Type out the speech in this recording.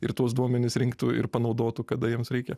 ir tuos duomenis rinktų ir panaudotų kada jiems reikia